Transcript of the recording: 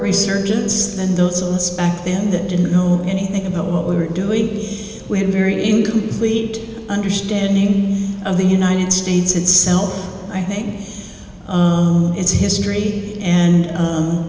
resurgence than those of us back then that didn't know anything about what we were doing we had very incomplete rete understanding of the united states itself i think own its history and